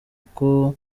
uko